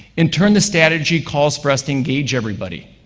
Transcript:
in turn, the strategy calls for us to engage everybody.